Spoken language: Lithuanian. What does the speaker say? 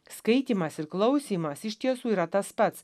skaitymas ir klausymas iš tiesų yra tas pats